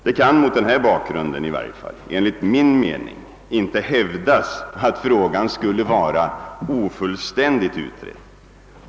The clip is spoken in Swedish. Det kan mot denna bakgrund enligt min mening inte hävdas att frågan skulle vara ofullständigt utredd.